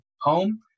home